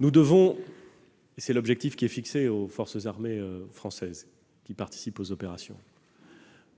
Nous devons- c'est l'objectif fixé aux forces armées françaises qui participent aux opérations